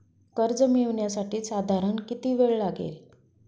कर्ज मिळविण्यासाठी साधारण किती वेळ लागेल?